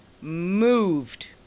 moved